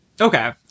Okay